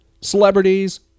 Celebrities